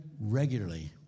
regularly